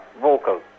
Vocal